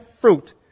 fruit